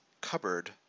cupboard